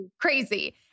Crazy